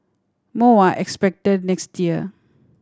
more are expected next year